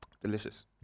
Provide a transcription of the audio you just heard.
Delicious